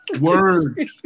Word